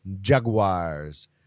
Jaguars